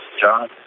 John